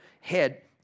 head